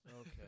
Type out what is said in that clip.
Okay